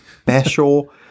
special